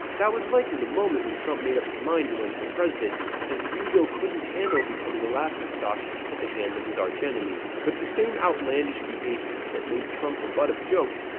that was likely the moment when trump made up his mind to run for president, as his ego couldn't handle becoming a laughingstock at the hands of his archenemy. but the same outlandish behavior that made trump the butt of jokes,